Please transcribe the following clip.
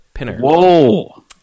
Whoa